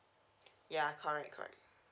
ya correct correct